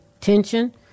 tension